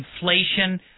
inflation